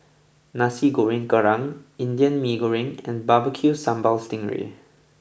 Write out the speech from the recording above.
Nasi Goreng Kerang Indian Mee Goreng and Barbecue Sambal Sting Ray